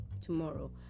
tomorrow